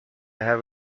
have